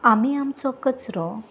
आमी आमचो कचरो